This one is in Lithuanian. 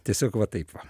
tiesiog va taip va